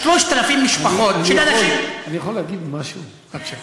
3,000 משפחות, אני יכול להגיד משהו, בבקשה?